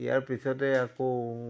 ইয়াৰ পিছতে আকৌ